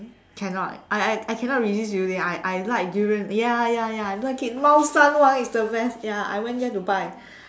cannot I I cannot resist durian I like durian ya ya ya I like it 猫山王 is the best ya I went there to buy